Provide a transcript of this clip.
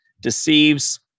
deceives